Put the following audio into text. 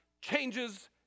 changes